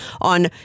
on